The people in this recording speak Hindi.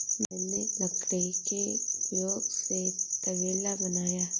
मैंने लकड़ी के उपयोग से तबेला बनाया